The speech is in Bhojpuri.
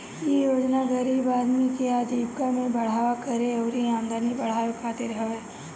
इ योजना गरीब आदमी के आजीविका में बढ़ावा करे अउरी आमदनी बढ़ावे खातिर हवे